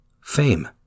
fame